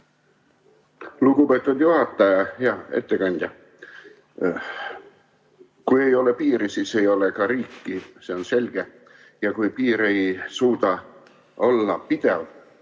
juhataja! Hea ettekandja! Kui ei ole piiri, siis ei ole ka riiki, see on selge. Ja kui piir ei suuda olla pidav,